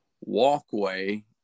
walkway